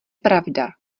pravda